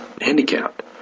handicapped